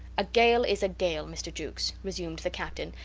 a gale is a gale, mr. jukes, resumed the captain,